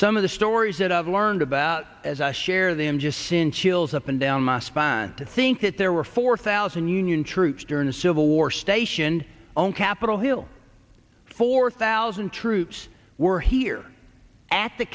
some of the stories that i've learned about as a share them just since chills up and down my spine to think that there were four thousand union troops during the civil war stationed on capitol hill four thousand troops were here at the